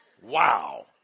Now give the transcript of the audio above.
Wow